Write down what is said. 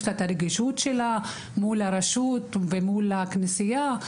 יש לה את הרגישות שלה מול הרשות ומול הכנסייה.